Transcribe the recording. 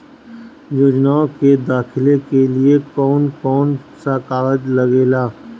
योजनाओ के दाखिले के लिए कौउन कौउन सा कागज लगेला?